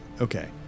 Okay